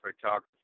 photography